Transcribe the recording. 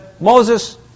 Moses